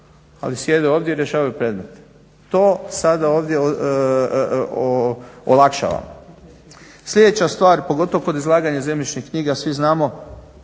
ali sjede ovdje i rješavaju predmete. To sada ovdje olakšava. Sljedeća stvar pogotovo kod izlaganja zemljišnih knjiga, svi znamo